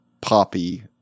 poppy